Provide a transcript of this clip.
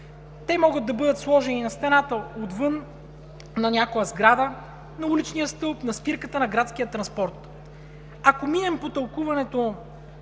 Те могат да бъдат сложени на стената отвън на някоя сграда, на уличния стълб, на спирката на градския транспорт. Ако минем по тълкуването